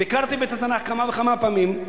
ביקרתי בבית-התנ"ך כמה וכמה פעמים,